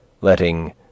letting